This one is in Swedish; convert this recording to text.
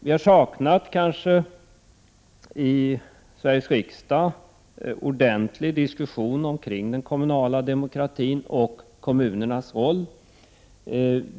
Vi har kanske i Sveriges riksdag saknat en ordentlig diskussion omkring den kommunala demokratin och kommunernas roll.